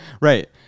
Right